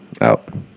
Out